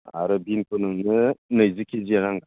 आरो बिनखौ नोंनो नैजि केजिया नांगोन